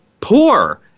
poor